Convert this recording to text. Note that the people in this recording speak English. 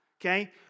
Okay